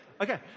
Okay